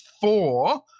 four